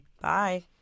Bye